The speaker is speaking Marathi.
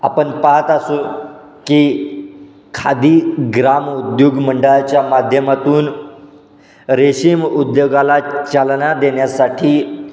आपण पाहात असू की खादी ग्राम उद्योग मंडळाच्या माध्यमातून रेशीम उद्योगाला चालना देण्यासाठी